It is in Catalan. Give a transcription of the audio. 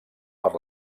per